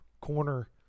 Corner